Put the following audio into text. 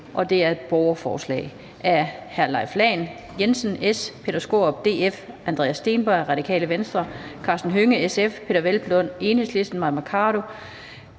det her borgerforslag om